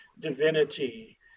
divinity